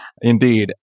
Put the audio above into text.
Indeed